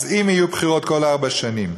אז אם יהיו בחירות כל ארבע שנים,